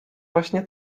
właśnie